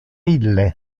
ille